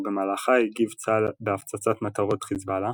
במהלכה הגיב צה"ל בהפצצת מטרות חזבאללה